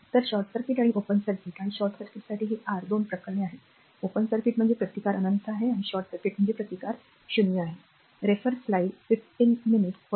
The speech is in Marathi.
तर शॉर्ट सर्किट आणि ओपन सर्किट आणि शॉर्ट सर्किटसाठी हे आर 2 प्रकरणे आहेत ओपन सर्किट म्हणजे प्रतिकार अनंत आहे शॉर्ट सर्किट म्हणजे प्रतिकार 0 बरोबर